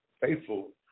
faithful